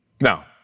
Now